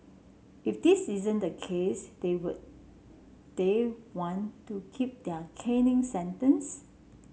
if this isn't the case they would they want to keep their caning sentence